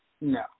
No